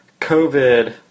COVID